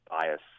bias